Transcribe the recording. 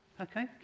Okay